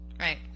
Right